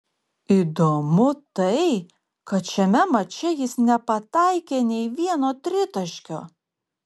įdomu tai kad šiame mače jis nepataikė nei vieno tritaškio